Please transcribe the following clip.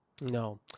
No